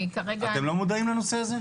אתם לא מודעים לנושא הזה?